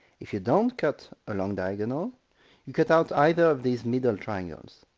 if you don't cut a long diagonal you cut out either of these middle triangles.